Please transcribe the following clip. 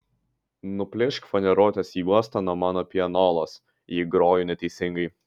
nuplėšk faneruotės juostą nuo mano pianolos jei groju neteisingai